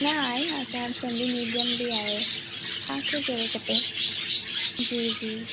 न आहिनि असां वटि सिंधी मीडियम बि आहे तव्हांखे कहिड़ो खपे जी जी